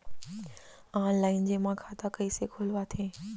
Online जेमा खाता कइसे खोलवाथे?